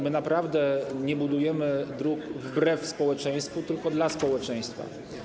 My naprawdę nie budujemy dróg wbrew społeczeństwu, tylko dla społeczeństwa.